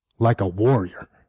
like a warrior,